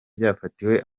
byafatiwe